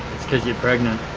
it's cause you're pregnant.